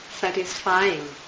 satisfying